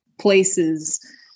places